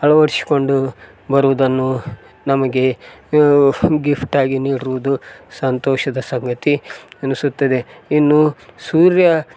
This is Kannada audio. ಅಳವಡಿಸಿಕೊಂಡು ಬರುದನ್ನು ನಮಗೆ ಗಿಫ್ಟಾಗಿ ನೀಡಿರುವುದು ಸಂತೋಷದ ಸಂಗತಿ ಎನಿಸುತ್ತದೆ ಇನ್ನು ಸೂರ್ಯ